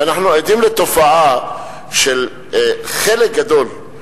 ואנחנו עדים לתופעה של חלק גדול,